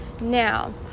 now